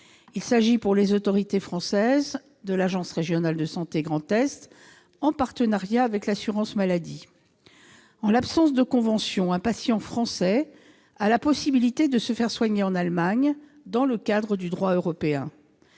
il s'agit, pour les autorités françaises, de l'Agence régionale de santé Grand Est -, en partenariat avec l'assurance maladie. En l'absence de convention, un patient français a la possibilité de se faire soigner en Allemagne dans le cadre du droit européen.